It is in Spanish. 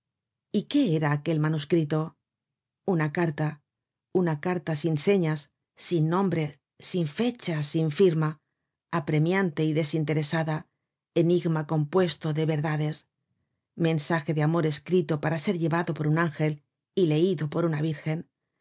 y qué era aquel manuscrito una carta una carta sin señas sin nombre sin fecha sin firma apremiante y desinteresada enigma compuesto de verdades mensaje de amor escrito para ser llevado por un ángel y leido por una virgen